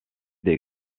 des